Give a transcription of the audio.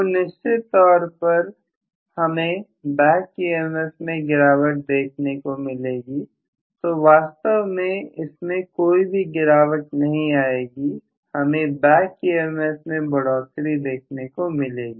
तो निश्चित तौर पर हमें बैक EMF में गिरावट देखने को मिलेगी तो वास्तव में इसमें कोई भी गिरावट नहीं आएगी हमें बैक EMF में बढ़ोतरी देखने को मिलेगी